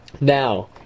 now